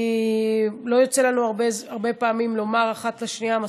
כי לא יוצא לנו הרבה פעמים לומר את זה אחת לשנייה מספיק.